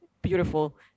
Beautiful